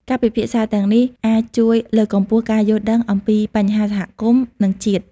ការពិភាក្សាទាំងនេះអាចជួយលើកកម្ពស់ការយល់ដឹងអំពីបញ្ហាសហគមន៍ និងជាតិ។